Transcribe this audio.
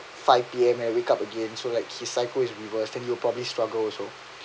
five P_M and wake up again so like his cycle is reversed and you'll probably struggle also